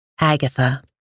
Agatha